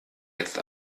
jetzt